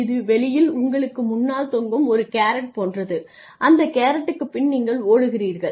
இது வெளியில் உங்களுக்கு முன்னால் தொங்கும் ஒரு கேரட் போன்றது அந்த கேரட்டுக்குப் பின் நீங்கள் ஓடுகிறீர்கள்